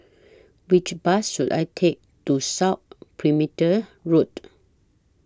Which Bus should I Take to South Perimeter Road